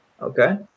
Okay